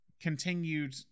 continued